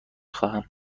خوانم